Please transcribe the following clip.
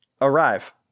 arrive